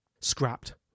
scrapped